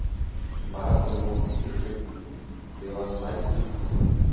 भारत में मोती के खेती व्यावसायिक रूप होला